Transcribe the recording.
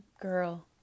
girl